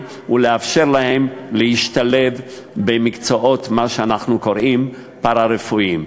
ולאפשר להם להשתלב במקצועות פארה-רפואיים.